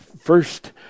first